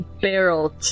barrel